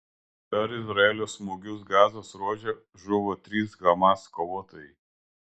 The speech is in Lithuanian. per izraelio smūgius gazos ruože žuvo trys hamas kovotojai